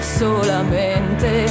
solamente